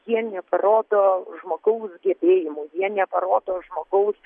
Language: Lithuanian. jie neparodo žmogaus gebėjimų jie neparodo žmogaus